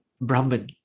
Brahman